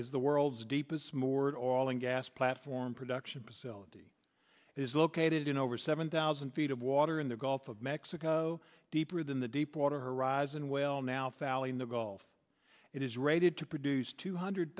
is the world's deepest mord all and gas platform production facility is located in over seven thousand feet of water in the gulf of mexico deeper than the deepwater horizon well now falle in the gulf it is rated to produce two hundred